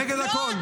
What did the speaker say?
נגד הכול.